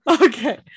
Okay